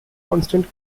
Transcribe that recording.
constant